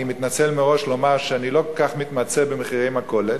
אני מתנצל מראש ואומר שאני לא כל כך מתמצא במחירי מכולת,